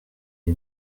iyi